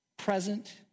present